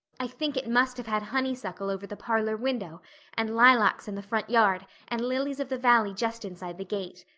i think it must have had honeysuckle over the parlor window and lilacs in the front yard and lilies of the valley just inside the gate.